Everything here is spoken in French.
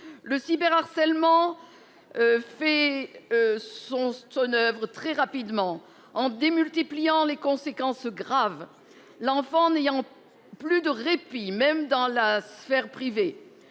le cyber harcèlement. Fait. Son son Oeuvres très rapidement en démultipliant les conséquences graves. L'enfant n'ayant. Plus de répit, même dans la sphère privée.